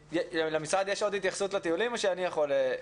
למשרד יש עוד התייחסות לדיונים או שאני יכול?